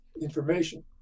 information